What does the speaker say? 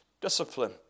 discipline